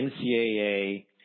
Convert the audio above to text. NCAA